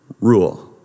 Rule